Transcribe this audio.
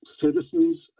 citizens